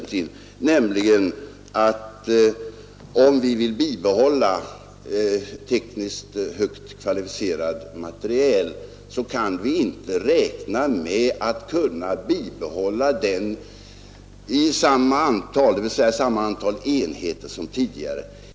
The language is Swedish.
Om vi nämligen vill bibehålla den höga kvaliteten på vår tekniska materiel kan vi inte räkna med samma omfattning av försvaret, dvs. samma antal enheter, som tidigare.